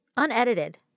unedited